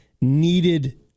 needed